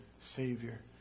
Savior